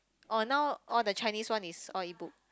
oh now all the Chinese one is all E book